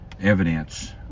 evidence